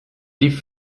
die